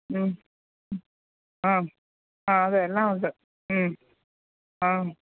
ആ ആ അതെ എല്ലാം ഉണ്ട് ഉം ആ